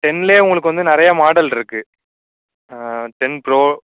டென்னிலே உங்களுக்கு வந்து நிறையா மாடலிருக்கு டென் ப்ரோ